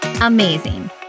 amazing